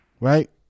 Right